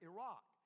Iraq